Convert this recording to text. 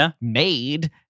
made